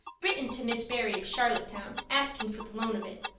written to miss barry of charlottetown, asking for the loan of it.